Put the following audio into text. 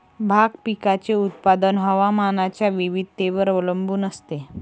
भाग पिकाचे उत्पादन हवामानाच्या विविधतेवर अवलंबून असते